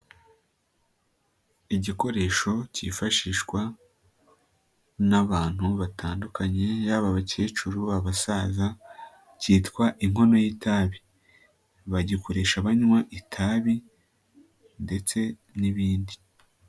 Igikoresho kifashishwa n'abantu batandukanye yaba abakecuru, abasaza kitwa inkono y'itabi bagikoresha banywa itabi ndetse n'ibindi.